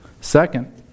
Second